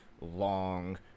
long